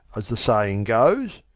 as the saying goes.